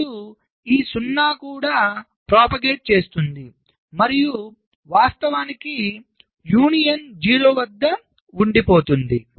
అప్పుడు ఈ 0 కూడా ప్రచారం చేస్తుంది మరియు వాస్తవానికి యూనియన్ 0 వద్ద ఉండిపోతుంది